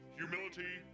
humility